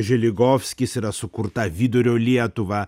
žiligovskis yra sukurta vidurio lietuva